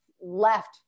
left